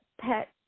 pet